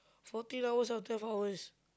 fourteen hours or twelve hours